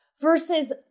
versus